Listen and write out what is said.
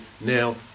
now